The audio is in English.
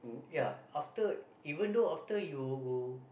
ya after even though after you